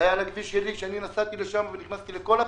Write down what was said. זה היה על הכביש שלי ואני נסעתי ונכנסתי לכל הבסיסים.